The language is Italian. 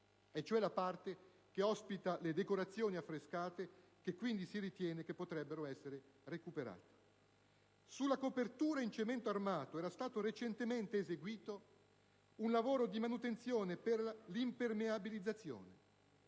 e cioè la parte che ospita le decorazioni affrescate, che quindi si ritiene potrebbero essere recuperate. Sulla copertura in cemento armato era stato recentemente eseguito un lavoro di manutenzione per l'impermeabilizzazione,